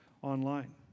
Online